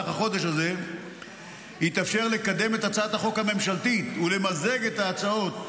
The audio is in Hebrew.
במהלך החודש הזה יתאפשר לקדם את הצעת החוק הממשלתית ולמזג את ההצעות,